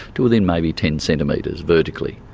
to within maybe ten centimetres, vertically.